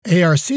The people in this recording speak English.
ARC